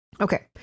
okay